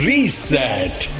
Reset